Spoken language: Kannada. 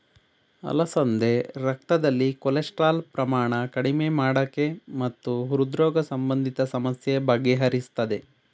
ಅಲಸಂದೆ ರಕ್ತದಲ್ಲಿ ಕೊಲೆಸ್ಟ್ರಾಲ್ ಪ್ರಮಾಣ ಕಡಿಮೆ ಮಾಡಕೆ ಮತ್ತು ಹೃದ್ರೋಗ ಸಂಬಂಧಿತ ಸಮಸ್ಯೆ ಬಗೆಹರಿಸ್ತದೆ